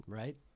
right